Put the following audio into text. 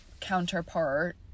counterpart